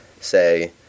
say